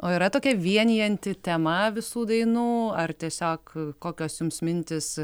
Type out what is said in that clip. o yra tokia vienijanti tema visų dainų ar tiesiog kokios jums mintys